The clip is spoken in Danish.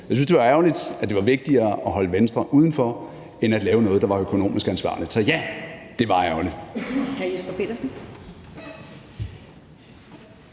jeg synes, det var ærgerligt, at det var vigtigere at holde Venstre uden for end at lave noget, der var økonomisk ansvarligt. Så ja, det var ærgerligt.